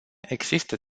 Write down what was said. există